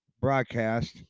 broadcast